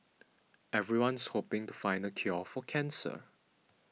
everyone's hoping to find the cure for cancer